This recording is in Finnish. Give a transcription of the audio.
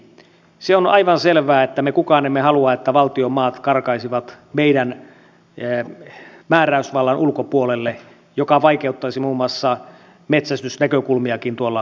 se on aivan selvää että me kukaan emme halua että valtion maat karkaisivat meidän määräysvaltamme ulkopuolelle mikä vaikeuttaisi muun muassa metsästysnäkökulmiakin tuolla pohjoisessa